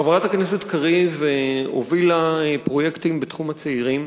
חברת הכנסת קריב הובילה פרויקטים בתחום הצעירים.